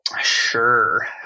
sure